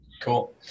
Cool